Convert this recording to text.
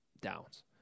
downs